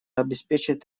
обеспечить